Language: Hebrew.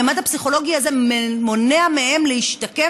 הממד הפסיכולוגי הזה מונע מהם להשתקם